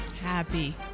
happy